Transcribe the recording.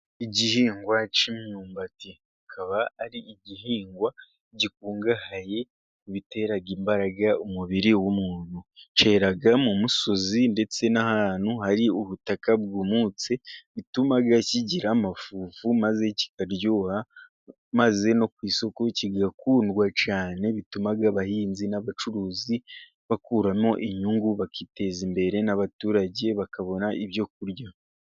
Igihingwa cy'imyumbati kikaba ari igihingwa gikungahaye mu bitera imbaraga umubiri w'umuntu. Cyeraga mu musozi ndetse n'ahantu hari ubutaka bwumutse, bituma kigira amafuvu maze kikaryoha, maze no ku isoko kigakundwa cyane. Bituma abahinzi n'abacuruzi bakuramo inyungu bakiteza imbere n'abaturage bakabona ibyo kurya.